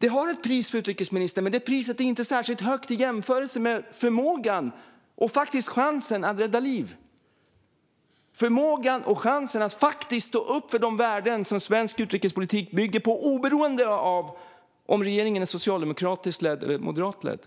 Det har ett pris för utrikesministern, men det priset är inte särskilt högt i jämförelse med förmågan, och faktiskt chansen, att rädda liv och faktiskt stå upp för de värden som svensk utrikespolitik bygger på oberoende av om regeringen är socialdemokratiskt ledd eller moderatledd.